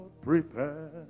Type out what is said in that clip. prepare